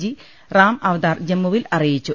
G Ram Avatar ജമ്മുവിൽ അറിയിച്ചു